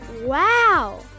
Wow